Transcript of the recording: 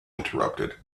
interrupted